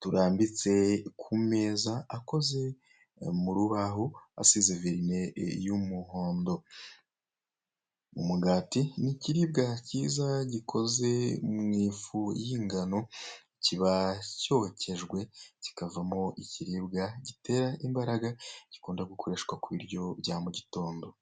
turambitse ku meza akoze mu rubaho, asize verine y'umuhondo. Umugati ni ikiribwa cyiza gikoze mu ifu y'ingano, kiba cyokejwe kikavamo ikiribwa gitera imbaraga gikunda gukoreshwa ku biryo bya mugitondo.